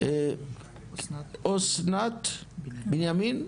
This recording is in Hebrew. אסנת בנימין,